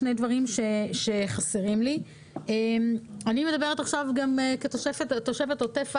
אני מדברת עכשיו גם כתושבת עוטף עזה.